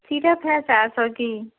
syrup है चार सौ की